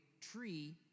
tree